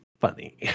funny